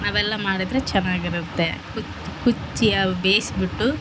ಅವೆಲ್ಲ ಮಾಡಿದರೆ ಚೆನ್ನಾಗಿರತ್ತೆ ಕುಚ್ ಕುಚ್ಯಾ ಬೇಸ್ಬಿಟ್ಟು